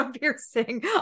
piercing